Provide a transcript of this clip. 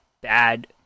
bad